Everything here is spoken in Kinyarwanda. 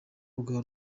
bwa